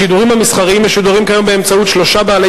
השידורים המסחריים משודרים כיום באמצעות שלושה בעלי